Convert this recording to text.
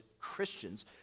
christians